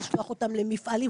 לשלוח אותם למפעלים,